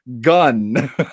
gun